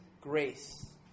grace